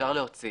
אפשר להוציא